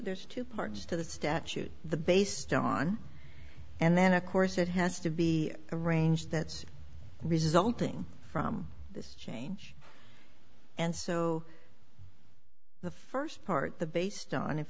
there's two parts to the statute the based on and then of course it has to be a range that's resulting from this change and so the first part the based on if